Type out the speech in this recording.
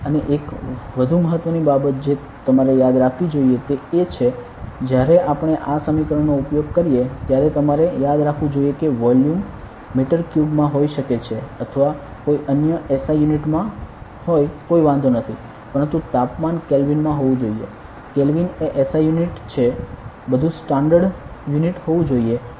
અને એક વધુ મહત્વની બાબત જે તમારે યાદ રાખવી જોઈએ તે એ છે જ્યારે આપણે આ સમીકરણનો ઉપયોગ કરીએ ત્યારે તમારે યાદ રાખવું જોઈએ કે વોલ્યુમ મીટર ક્યુબ માં હોઈ શકે છે અથવા કોઈ અન્ય SI યુનિટમા હોય કોઇ વાંધો નથી પરંતુ તાપમાન કેલ્વિન માં હોવું જોઈએ કેલ્વિન એ SI યુનિટ છે બધુ સ્ટાન્ડર્ડ યુનિટ હોવુ જોઈએ